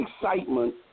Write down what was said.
excitement